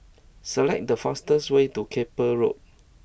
select the fastest way to Keppel Road